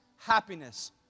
happiness